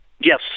yes